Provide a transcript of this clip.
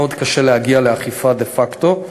מאוד קשה להגיע לאכיפה דה-פקטו,